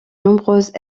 nombreuses